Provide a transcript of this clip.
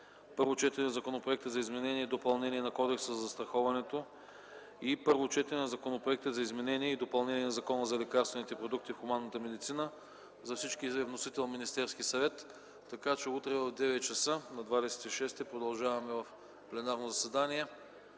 Първо четене на Законопроекта за изменение и допълнение на Кодекса за застраховането и Първо четене на Законопроекта за изменение и допълнение на Закона за лекарствените продукти в хуманната медицина. На всички е вносител Министерският съвет. Утре, 26 май 2011 г., в 9,00 ч. продължаваме в пленарно заседание